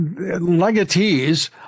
legatees